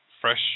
fresh